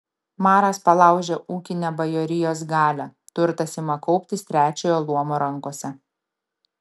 maras palaužia ūkinę bajorijos galią turtas ima kauptis trečiojo luomo rankose